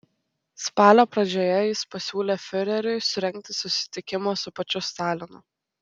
spalio pradžioje jis pasiūlė fiureriui surengti susitikimą su pačiu stalinu